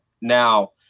now